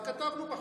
זה כתבנו בחוק.